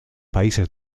países